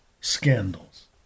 scandals